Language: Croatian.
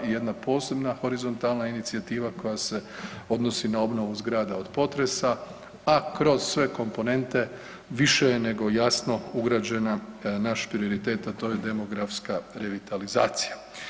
I jedna posebna horizontalna inicijativa koja se odnosi na obnovu zgrada od potresa, a kroz sve komponente više je nego jasno ugrađena naš prioritet, a to je demografska revitalizacija.